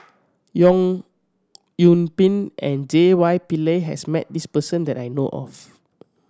Yong Yoon Pin and J Y Pillay has met this person that I know of